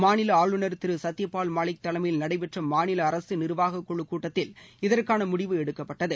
மாநில ஆளுநர் திரு சத்தியபால் மாலிக் தலைமையில் நடைபெற்ற மாநில அரசு நிர்வாக குழ கூட்டத்தில் இதற்கான முடிவு எடுக்கப்பட்டது